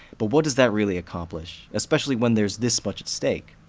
but what does that really accomplish, especially when there's this much at stake?